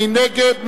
מי נגד?